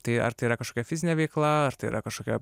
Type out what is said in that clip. tai ar tai yra kažkokia fizinė veikla ar tai yra kažkokia